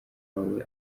wawe